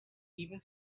even